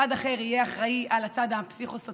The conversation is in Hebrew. צד אחר יהיה אחראי על הצד הפסיכו-סוציאלי,